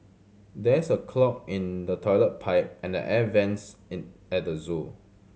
there's a clog in the toilet pipe and the air vents in at the zoo